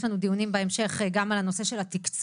יש לנו בהמשך דיונים גם על נושא התקצוב.